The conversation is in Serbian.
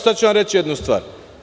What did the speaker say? Sad ću vam reći jednu stvar.